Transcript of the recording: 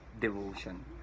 devotion